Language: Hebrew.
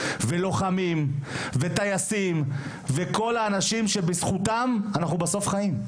ולוחמים וטייסים וכל האנשים שבזכותם אנחנו בסוף חיים.